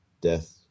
death